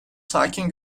sakin